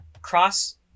cross